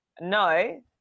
no